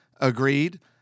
agreed